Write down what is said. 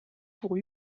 pour